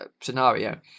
scenario